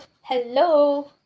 Hello